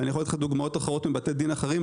ואני יכול לתת לך דוגמאות אחרות מבתי דין אחרים.